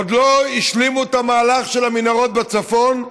עוד לא השלימו את המהלך של המנהרות בצפון,